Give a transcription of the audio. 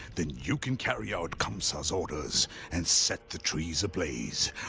then you can carry out kamsa's orders and set the trees ablaze.